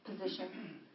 position